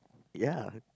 ya